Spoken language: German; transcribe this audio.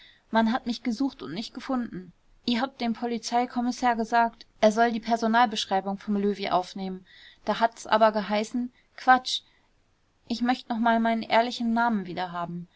man hat mich gesucht und nicht gefunden i hab dem polizeikommissär gesagt er soll die personalbeschreibung vom löwy aufnehmen da hat's aber geheißen quatsch ich möcht noch mal meinen ehrlichen namen